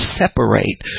separate